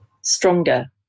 stronger